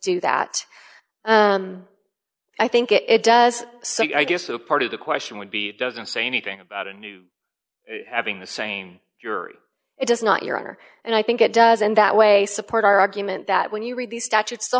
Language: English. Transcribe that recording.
do that i think it does so i guess the part of the question would be doesn't say anything about a new having the same you're it does not your honor and i think it does in that way support our argument that when you read the statutes